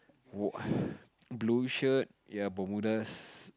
wh~ blue shirt ya bermudas